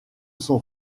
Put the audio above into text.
son